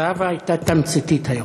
זהבה הייתה תמציתית היום.